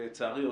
לצערי,